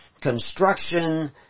construction